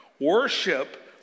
Worship